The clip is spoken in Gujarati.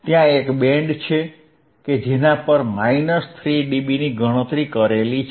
ત્યાં એક બેન્ડ છે કે જેના પર 3 ડીબીની ગણતરી કરેલી છે